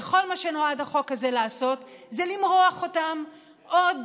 וכל מה שנועד החוק הזה לעשות זה למרוח אותם עוד